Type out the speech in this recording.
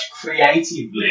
creatively